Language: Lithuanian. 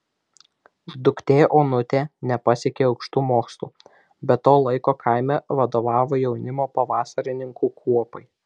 duktė onutė nepasiekė aukštų mokslų bet to laiko kaime vadovavo jaunimo pavasarininkų kuopai